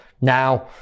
now